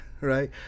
right